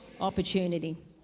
opportunity